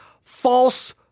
false